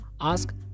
ask